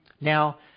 Now